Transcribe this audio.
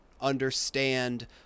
understand